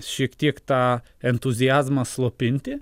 šiek tiek tą entuziazmą slopinti